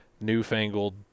newfangled